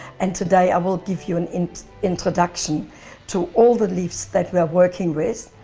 and today i will give you an introduction to all the leafs that we're working with,